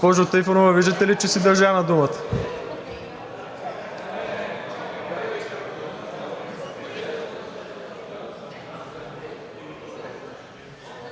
Госпожо Трифонова, виждате ли, че си държа на думата.